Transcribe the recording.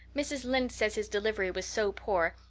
mrs. lynde says his delivery was so poor,